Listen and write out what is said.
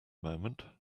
moment